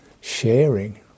sharing